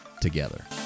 together